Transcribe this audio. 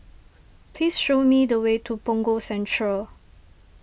please show me the way to Punggol Central